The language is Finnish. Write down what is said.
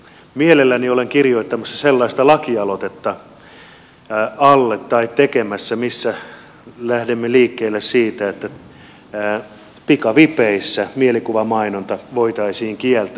mielelläni olen kirjoittamassa alle tai tekemässä sellaista lakialoitetta missä lähdemme liikkeelle siitä että pikavipeissä mielikuvamainonta voitaisiin kieltää